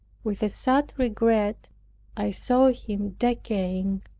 with a sad regret i saw him decaying,